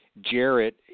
Jarrett